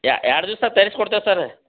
ಯ ಎರಡು ದಿವ್ಸ್ದಾಗೆ ತರಿಸ್ಕೊಡ್ತೇವೆ ಸರ್ರ